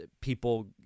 people